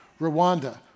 Rwanda